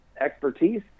expertise